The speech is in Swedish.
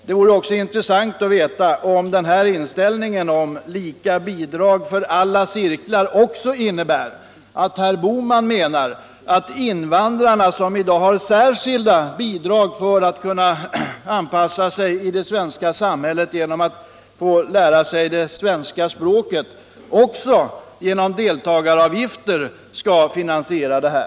Det vore intressant att veta om den här inställningen, lika bidrag för alla cirklar, innebär att herr Bohman menar att invandrarna, som i dag har särskilda bidrag för att lära sig svenska språket och därigenom kunna anpassa sig i det svenska samhället, också skall finansiera sin studieverksamhet genom deltagaravgifter.